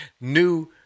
new